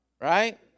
Right